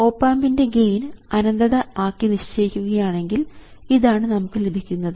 op ആമ്പിൻറെ gain അനന്തത ആക്കി നിശ്ചയിക്കുകയാണെങ്കിൽ ഇതാണ് നമുക്ക് ലഭിക്കുന്നത്